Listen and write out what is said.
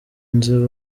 nzu